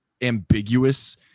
ambiguous